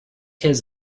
his